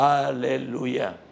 Hallelujah